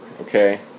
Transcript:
okay